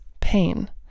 pain